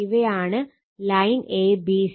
ഇവയാണ് line a b c